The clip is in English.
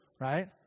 right